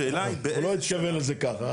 השאלה היא --- הוא לא התכוון לזה ככה.